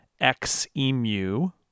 XEMU